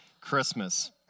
Christmas